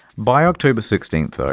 by october sixteenth, though,